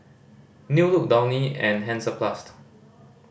New Look Downy and Hansaplast